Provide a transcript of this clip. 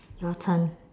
your turn